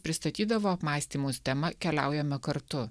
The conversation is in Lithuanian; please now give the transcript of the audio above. pristatydavo apmąstymus tema keliaujame kartu